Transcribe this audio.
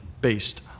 based